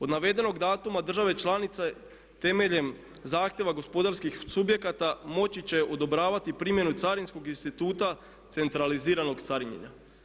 Od navedenog datuma države članice temeljem zahtjeva gospodarskih subjekata moći će odobravati primjenu carinskog instituta centraliziranog carinjenja.